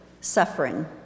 suffering